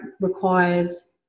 requires